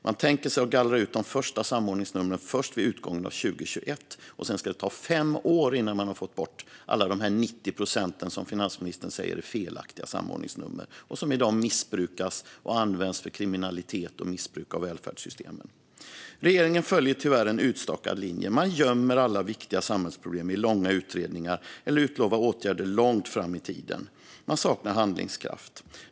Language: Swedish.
Man tänker sig att gallra ut de första samordningsnumren först vid utgången av 2021, och sedan ska det ta fem år innan man har fått bort alla de 90 procent av numren som finansministern säger är felaktiga och som i dag missbrukas och används för kriminalitet och missbruk av välfärdssystemen. Regeringen följer tyvärr en utstakad linje. Man gömmer alla viktiga samhällsproblem i långa utredningar eller utlovar åtgärder långt fram i tiden. Man saknar handlingskraft.